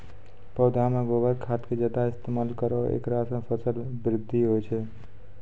पौधा मे गोबर खाद के ज्यादा इस्तेमाल करौ ऐकरा से फसल बृद्धि होय छै?